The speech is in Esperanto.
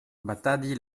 batadi